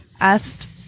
asked